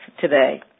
today